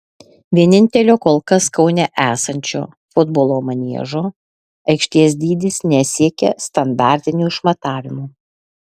vienintelio kol kas kaune esančio futbolo maniežo aikštės dydis nesiekia standartinių išmatavimų